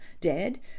dead